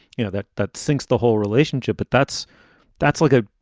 you know, that that sinks the whole relationship. but that's that's like a.